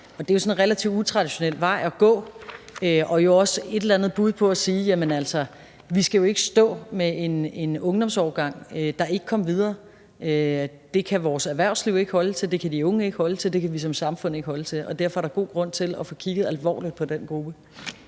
en sådan relativt utraditionel vej at gå og jo også et eller andet bud på at sige: Jamen altså, vi skal jo ikke stå med en ungdomsårgang, der ikke kom videre. Det kan vores erhvervsliv ikke holde til; det kan de unge ikke holde til; det kan vi som samfund ikke holde til. Derfor er der god grund til at få kigget alvorligt på den gruppe.